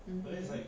um hmm